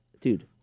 Dude